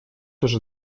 уже